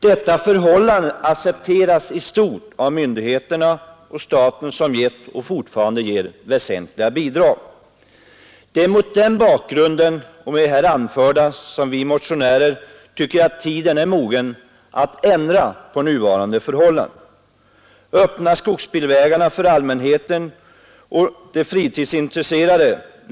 Detta förhållande accepteras i stort av myndigheterna och staten som gett och fortfarande ger väsentliga bidrag. Det är mot den bakgrunden som vi motionärer tycker att tiden är mogen att ändra på nuvarande förhållanden. Öppna skogsbilvägarna för allmänheten och de friluftsintresserade!